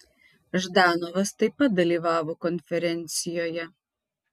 ždanovas taip pat dalyvavo konferencijoje